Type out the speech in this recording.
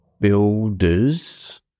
builders